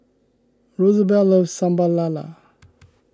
Rosabelle loves Sambal Lala